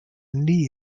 knee